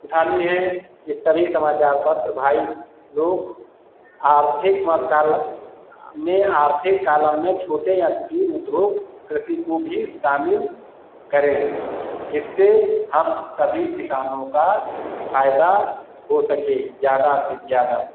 उठानी है ये सभी समाचार पत्र भाई लोग आर्थिक मकालम में आर्थिक कालम में छोटे या कुटीर उद्योग कृषि को भी शामिल करें जिससे हम सभी किसानों का फायदा हो सके ज़्यादा से ज़्यादा